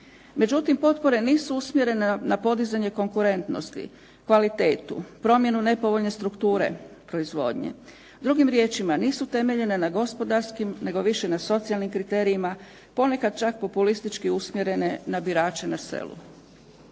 Međutim, potpore nisu usmjerene na podizanje konkurentnosti, kvalitetu, promjenu nepovoljne strukture proizvodnje. Drugim riječima, nisu temeljene na gospodarskim nego više na socijalnim kriterijima. Ponekad čak populistički usmjerene na birače na selu.